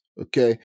Okay